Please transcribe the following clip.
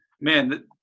man